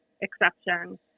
exception